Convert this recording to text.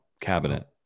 cabinet